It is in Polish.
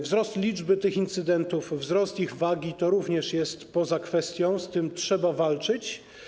Wzrost liczby tych incydentów, wzrost ich wagi - to również jest poza kwestią, z tym trzeba walczyć.